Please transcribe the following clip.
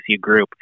group